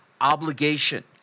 obligation